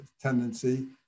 tendency